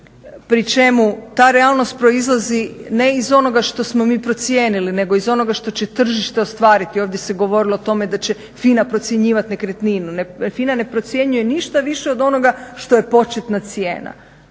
pri čemu ta realnost proizlazi ne iz onoga što smo mi procijenili nego iz onoga što će tržište ostvariti. Ovdje se govorilo o tome da će FINA procjenjivat nekretninu. FINA ne procjenjuje ništa više od onoga što je početna cijena